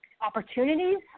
opportunities